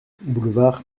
boulevard